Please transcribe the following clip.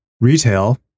retail